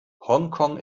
hongkong